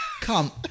Come